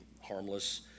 harmless